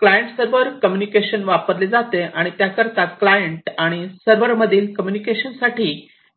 client server communication वापरले जाते आणि त्याकरिता क्लायंट आणि सर्व्हरमधील कम्युनिकेशन साठी